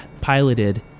piloted